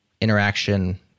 interaction